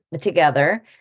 together